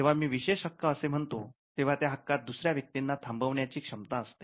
जेव्हा मी विशेष हक्क असे म्हणतो तेव्हा त्या हक्कात दुसऱ्या व्यक्तींना थांबवण्याची क्षमता असते